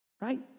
Right